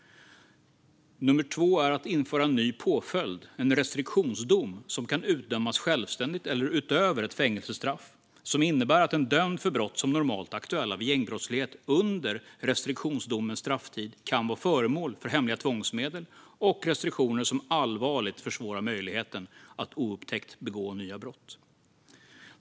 Det andra är att införa en ny påföljd, en restriktionsdom, som kan utdömas självständigt eller utöver ett fängelsestraff och som innebär att en dömd för brott som normalt är aktuella vid gängbrottslighet under restriktionsdomens strafftid kan vara föremål för hemliga tvångsmedel och restriktioner som allvarligt försvårar möjligheten att oupptäckt begå nya brott.